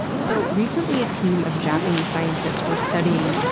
so recently a team of japanese scientists were studying,